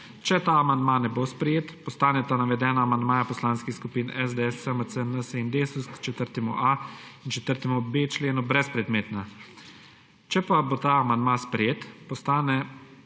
Če ta amandma ne bo sprejet, postaneta navedena amandmaja poslanskih skupin SDS, SMC, NSi in Desus k 4.a in 4.b členu brezpredmetna. Če pa bo ta amandma sprejet, postanejo